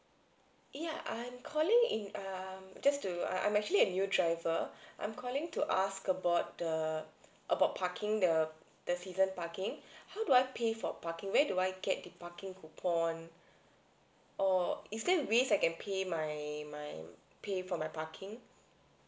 ya I'm calling in um just to I'm actually a new driver I'm calling to ask about the about parking the the season parking how do I pay for parking where do I get the parking coupon or is there ways I can pay my my pay for my parking